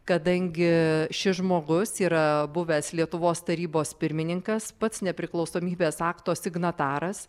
kadangi šis žmogus yra buvęs lietuvos tarybos pirmininkas pats nepriklausomybės akto signataras